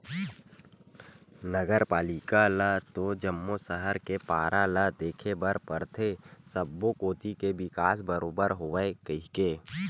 नगर पालिका ल तो जम्मो सहर के पारा ल देखे बर परथे सब्बो कोती के बिकास बरोबर होवय कहिके